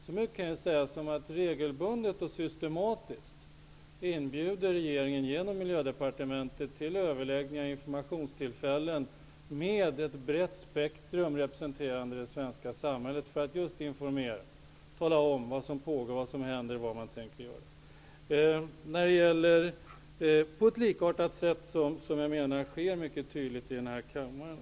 Så mycket kan jag säga som att regeringen genom Miljödepartementet regelbundet och systematiskt inbjuder till överläggningar och informationstillfällen med ett brett spektrum representerande det svenska samhället för att informera om vad som pågår och vad man tänker göra. Det sker på ett likartat sett som det tydliga informationsarbetet i den här kammaren.